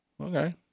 Okay